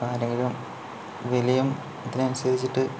ആരെങ്കിലും വിലയും അതിനനുസരിച്ചിട്ട്